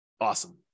Awesome